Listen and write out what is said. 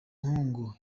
mpongo